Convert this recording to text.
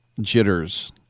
jitters